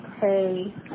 hey